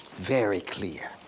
very clear.